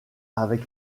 avec